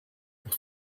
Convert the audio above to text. pour